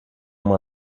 uma